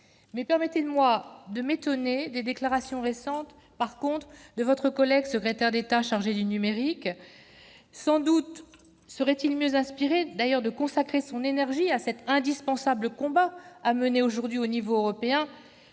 Aussi, permettez-moi de m'étonner des déclarations récentes de votre collègue secrétaire d'État chargé du numérique. Sans doute serait-il mieux inspiré de consacrer son énergie à cet indispensable combat à mener à l'échelon européen,